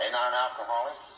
non-alcoholic